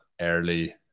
early